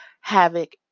havoc